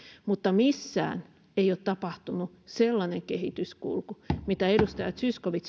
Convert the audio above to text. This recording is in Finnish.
mutta missään ei ole tapahtunut sellainen kehityskulku mitä edustaja zyskowicz